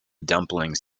dumplings